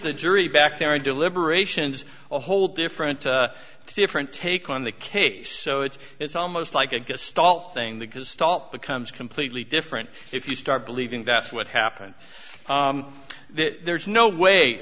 the jury back there and deliberations a whole different different take on the case so it's it's almost like a gestalt thing the gestalt becomes completely different if you start believing that's what happened there's no way